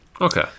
Okay